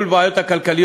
Welcome to the club.